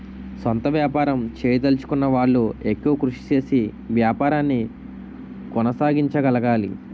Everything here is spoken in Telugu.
సొంత వ్యాపారం చేయదలచుకున్న వాళ్లు ఎక్కువ కృషి చేసి వ్యాపారాన్ని కొనసాగించగలగాలి